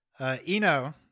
Eno